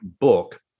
book